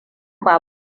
ba